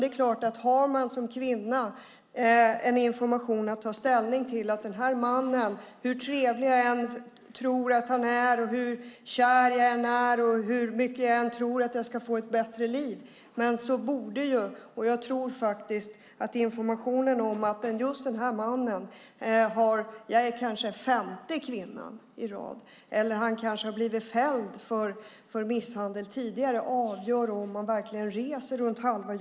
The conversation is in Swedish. Det är klart att om en kvinna har information om att hon kanske är den här mannens femte kvinna i rad eller att han har blivit fälld för misshandel tidigare kan det avgöra om hon reser runt halva jorden eller inte, hur trevlig hon än tycker att mannen är, hur kär hon än och hur mycket hon än tror att hon ska få ett bättre liv.